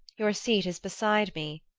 your seat is beside me,